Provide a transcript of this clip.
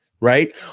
right